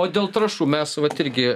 o dėl trąšų mes vat irgi